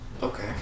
okay